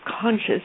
Conscious